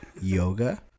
yoga